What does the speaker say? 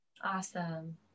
Awesome